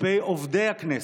כלפי עובדי הכנסת.